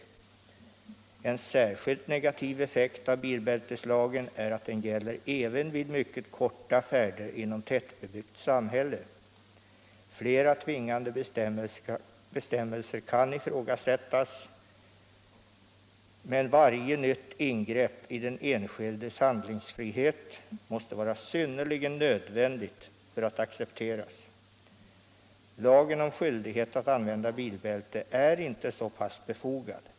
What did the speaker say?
—--- En särskilt negativ effekt av bilbälteslagen är att den gäller även vid mycket korta färder inom tätbebyggt samhälle. ——-— Flera tvingande bestämmelser kan ifrågasättas, men varje nytt ingrepp i den enskildes handlingsfrihet måste vara synnerligen nödvändigt för att accepteras. Lagen om skyldighet att använda bilbälte är inte så pass befogad.